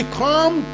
come